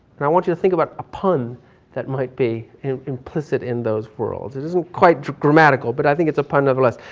and i want you to think about a pun that might be implicit in those worlds. it isn't quite grammatical, but i think it's a pun nevertheless.